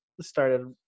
started